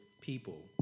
people